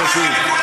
זה חשוב.